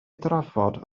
drafod